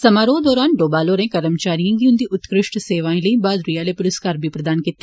समारोह् दरान डोवाल होरें कर्मचारिएं गी उंदी उत्तकृश्ट सेवाएं लेई ब्हादरी आले पुरस्कार बी प्रदान कीते